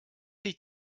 sich